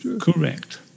Correct